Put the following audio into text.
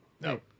No